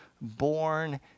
born